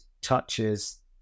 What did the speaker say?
touches